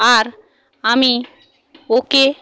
আর আমি ওকে